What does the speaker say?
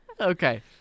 Okay